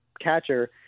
catcher